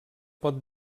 pot